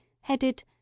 headed